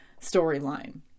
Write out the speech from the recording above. storyline